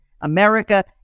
America